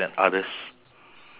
one